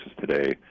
today